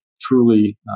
truly